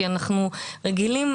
כי אנחנו רגילים,